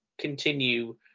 continue